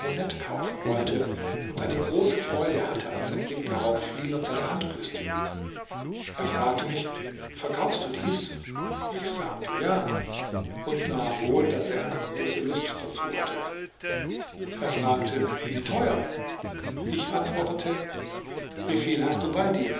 kaufen wollte und eine große freude hatte als sein blick darauf fiel und seine hand küßte er fragte mich verkaufst du dies ich sagte ja und sah wohl daß er eine große lust dazu hatte er fragte wie teuer ich antwortete wieviel hast du bei dir